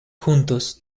juntos